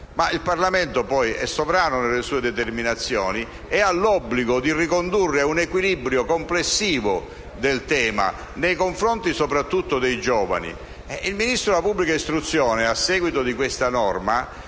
ma il Parlamento poi è sovrano nelle sue determinazioni e ha l'obbligo di ricondurre il tema ad un equilibrio complessivo, nei confronti soprattutto dei giovani. Il Ministro della pubblica istruzione, a seguito di questa norma,